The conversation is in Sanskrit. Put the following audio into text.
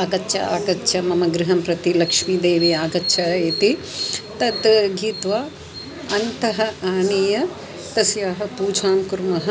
आगच्छ आगच्छ मम गृहं प्रति लक्ष्मीदेवी आगच्छ इति तत् गीत्वा अन्तः आनीय तस्याः पूजां कुर्मः